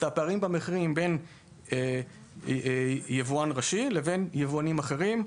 הפערים במחירים בין היבואן הראשי לבין היבואנים האחרים.